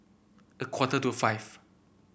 a quarter to five